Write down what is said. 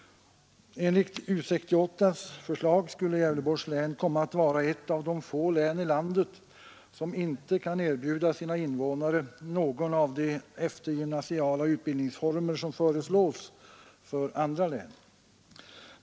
Enligt U 68:s förslag skulle Gävleborgs län komma att vara ett av de få län i landet som inte kan erbjuda sina invånare någon av de eftergymnasiala utbildningsformer som föreslås för andra län.